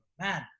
man